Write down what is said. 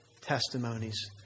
testimonies